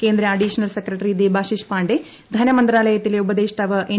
കേന്ദ്ര additional secretary Debashish Pandey ധനമന്ത്രാലയത്തിലെ ഉപദേഷ്ടാവ് എൻ